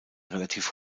relativ